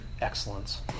excellence